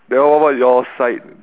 then one more it was like